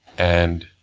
and,